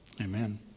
Amen